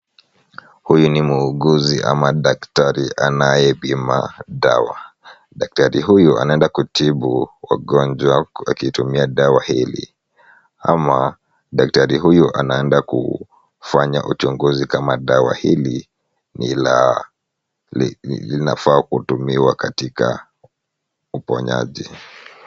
Huyu ni muuguzi ama daktari anayepima dawa. Daktari huyu anaenda kutibu wagonjwa akitumia dawa hii ama daktari huyu anaenda kufanya uchunguzi kama dawa hii inafaa kutumiwa katika uponyaji.